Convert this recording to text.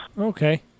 Okay